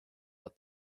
but